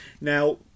Now